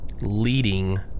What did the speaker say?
leading